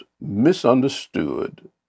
misunderstood